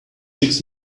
six